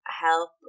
help